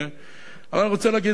אבל אני רוצה להגיד את הדבר הבא: